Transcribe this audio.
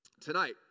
tonight